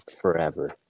forever